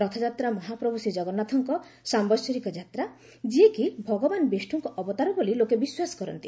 ରଥଯାତ୍ରା ମହାପ୍ରଭୁ ଶ୍ରୀ ଜଗନ୍ନାଥଙ୍କ ସାମ୍ୟସରିକ ଯାତ୍ରା ଯିଏକି ଭଗବାନ ବିଷ୍ଣୁଙ୍କ ଅବତାର ବୋଲି ଲୋକେ ବିଶ୍ୱାସ କରନ୍ତି